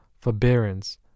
forbearance